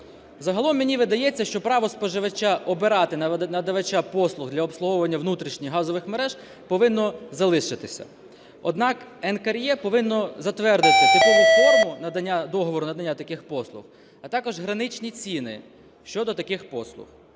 Загалом мені видається, що право споживача обирати надавача послуг для обслуговування внутрішніх газових мереж повинно залишитися. Однак НКРЕ повинно затвердити типову форму договору надання таких послуг, а також граничні ціни щодо таких послуг,